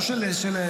לא של ש"ס,